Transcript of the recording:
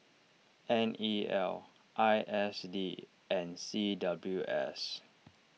N E L I S D and C W S